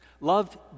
Loved